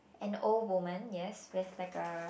an old woman yes with like a